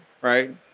right